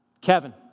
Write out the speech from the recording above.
Kevin